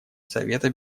совета